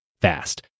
fast